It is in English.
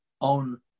own